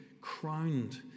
crowned